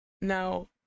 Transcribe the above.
now